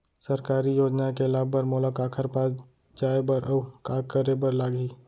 सरकारी योजना के लाभ बर मोला काखर पास जाए बर अऊ का का करे बर लागही?